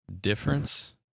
difference